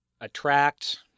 attract